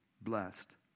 blessed